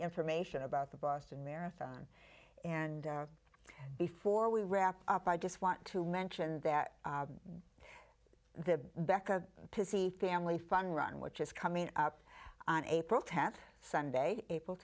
information about the boston marathon and before we wrap up i just want to mention that the becker to see family fun run which is coming up on april tenth sunday april